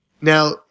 Now